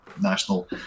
national